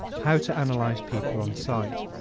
how to analyze people on sight,